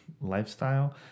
lifestyle